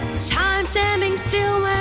time standing still